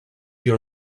your